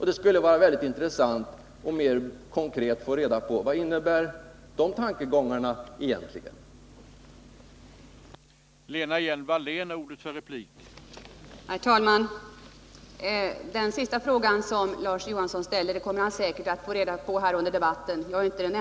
Det skulle vara mycket intressant att mer konkret få reda på vad de tankegångarna egentligen innebär.